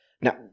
Now